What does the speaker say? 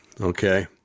Okay